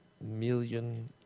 million